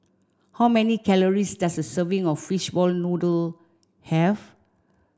how many calories does a serving of fishball noodle have